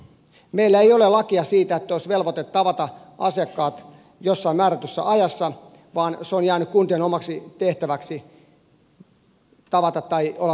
meillä ei ole lakia siitä että olisi velvoite tavata asiakkaat jossain määrätyssä ajassa vaan se on jäänyt kuntien omaksi tehtäväksi tavata tai olla tapaamatta